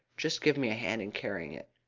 just give me a hand in carrying it.